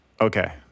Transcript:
Okay